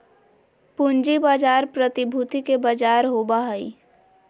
पूँजी बाजार प्रतिभूति के बजार होबा हइ